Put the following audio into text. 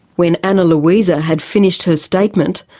when ana luisa had finished her statement,